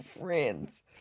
friends